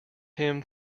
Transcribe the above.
him